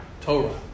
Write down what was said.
Torah